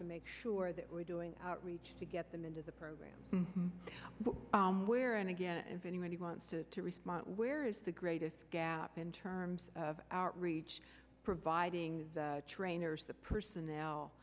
to make sure that we're doing outreach to get them into the program but where and again and anybody who wants to to respond where is the greatest gap in terms of outreach providing trainers the personnel